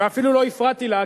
ואפילו לא הפרעתי לה,